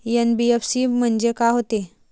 NBFC म्हणजे का होते?